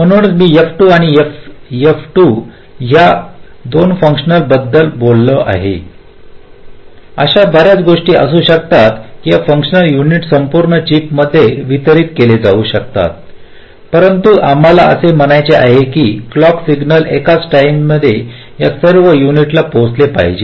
म्हणूनच मी F2 आणि F2 या दोन फंक्शन्स बद्दल बोललो आहे अशा बर्याच गोष्टी असू शकतात ही फंक्शनल युनिट्स संपूर्ण चिपमध्ये वितरित केली जाऊ शकतात परंतु आम्हाला असे म्हणायचे आहे की क्लॉक सिग्नल एकाच टाईम या सर्व युनिटपर्यंत पोहोचला पाहिजे